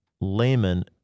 layman